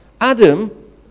Adam